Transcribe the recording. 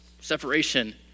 separation